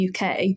UK